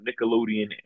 Nickelodeon